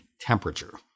temperature